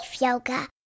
yoga